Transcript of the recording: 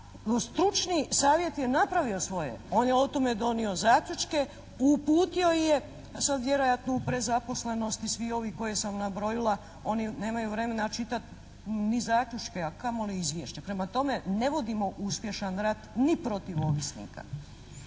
Stručni savjet je napravio svoje. On je o tome donio zaključke, uputio je, sad vjerojatno u prezaposlenosti svi ovi koje sam nabrojila oni nemaju vremena čitati ni zaključke, a kamoli izvješća. Prema tome, ne vodimo uspješan rat ni protiv ovisnika.